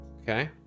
Okay